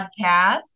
Podcast